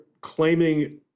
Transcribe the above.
claiming